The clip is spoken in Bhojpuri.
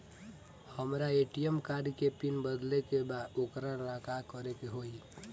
हमरा ए.टी.एम कार्ड के पिन बदले के बा वोकरा ला का करे के होई?